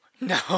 no